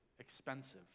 expensive